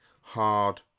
hard